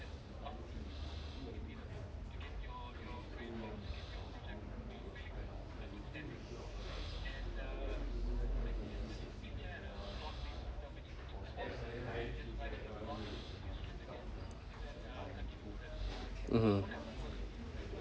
mmhmm